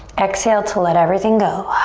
exhale to let everything go.